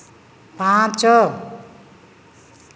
ପାଞ୍ଚ